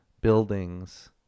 buildings